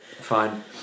Fine